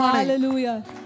Hallelujah